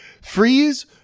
Freeze